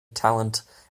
talent